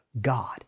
God